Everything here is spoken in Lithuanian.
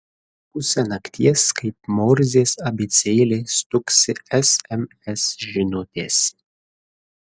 pusę nakties kaip morzės abėcėlė stuksi sms žinutės